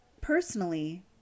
personally